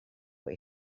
way